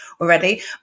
already